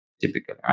typically